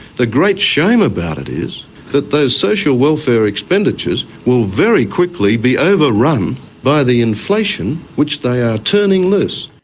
the great shame about it is that those social welfare expenditures will very quickly be overrun by the inflation which they are turning loose.